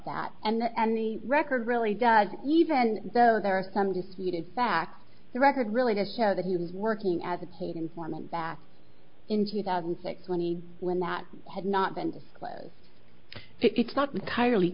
that and the record really does even though there are some disputed facts the record really does show that he was working as a hold informant back in two thousand and six when he when that had not been disclosed it's not entirely